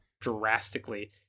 drastically